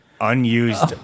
unused